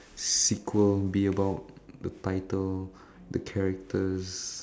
sequel be about the title the characters